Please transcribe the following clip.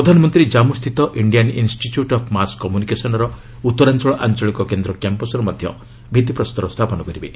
ପ୍ରଧାନମନ୍ତ୍ରୀ ଜାମ୍ମୁ ସ୍ଥିତ Indian institute of mass କମ୍ରନିକେସନ୍ର ଉତ୍ତରାଞ୍ଚଳ ଆଞ୍ଚଳିକ କେନ୍ଦ୍ର କ୍ୟାମ୍ପସ୍ର ମଧ୍ୟ ଭିଭିପ୍ରସ୍ତର ସ୍ଥାପନ କରିବେ